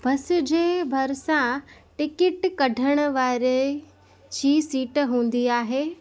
बस जे भरिसां टिकिट कढण वारे जी सीट हूंदी आहे